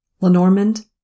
Lenormand